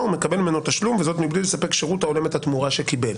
ומקבל ממנו תשלום וזאת מבלי לספק שירות ההולם את התמורה שקיבל".